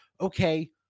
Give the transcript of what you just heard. okay